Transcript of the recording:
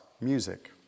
music